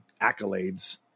accolades